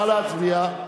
נא להצביע.